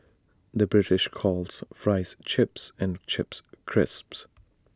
the British calls Fries Chips and Chips Crisps